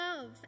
love